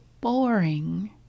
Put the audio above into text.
boring